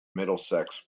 middlesex